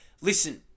listen